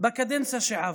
בקדנציה שעברה,